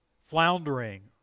floundering